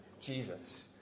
Jesus